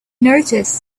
noticed